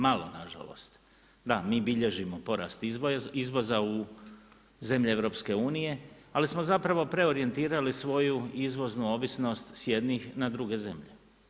Malo nažalost, da mi bilježimo porast izvoza u zemlje EU, ali smo zapravo preorijentirali svoju izvoznu ovisnost s jednih na druge zemlje.